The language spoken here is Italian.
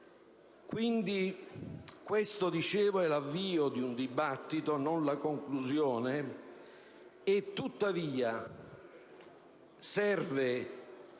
Quindi, questo è l'avvio di un dibattito e non la conclusione. Tuttavia serve